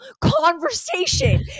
conversation